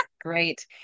Great